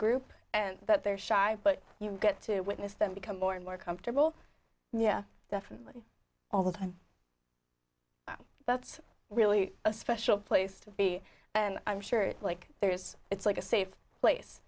group that they're shy but you get to witness them become more and more comfortable yeah definitely all the time but it's really a special place to be and i'm sure it like there's it's like a safe place